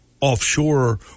offshore